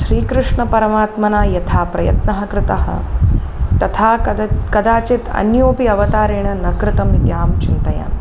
श्रीकृष्णपरमात्मना यथा प्रयत्नः कृतः तथा कद् कदाचित् अन्योपि अवतारेण न कृतम् इत्यहं चिन्तयामि